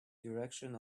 direction